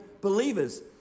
believers